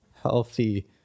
healthy